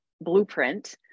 blueprint